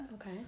Okay